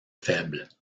faible